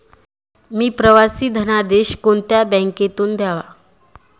मी प्रवासी धनादेश कोणत्या बँकेतून घ्यावा?